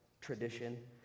tradition